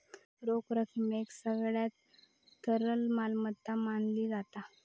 रोख रकमेक सगळ्यात तरल मालमत्ता मानली जाता